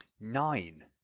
Nine